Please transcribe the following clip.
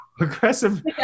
Aggressive